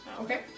Okay